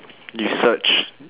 you search